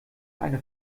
eine